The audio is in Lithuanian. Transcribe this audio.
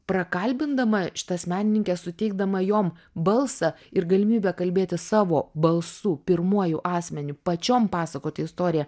prakalbindama šitas menininkes suteikdama jom balsą ir galimybę kalbėti savo balsu pirmuoju asmeniu pačiom pasakoti istoriją